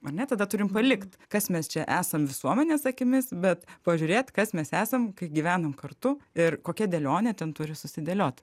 ar ne tada turim palikt kas mes čia esam visuomenės akimis bet pažiūrėt kas mes esam kai gyvenam kartu ir kokia dėlionė ten turi susidėliot